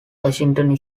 washington